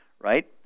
right